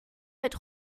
mit